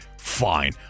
Fine